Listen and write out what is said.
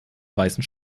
weißen